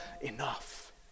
enough